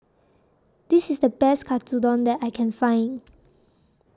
This IS The Best Katsudon that I Can Find